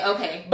Okay